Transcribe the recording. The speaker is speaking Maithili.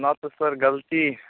हमरा तऽ सर गलती